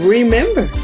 Remember